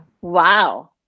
Wow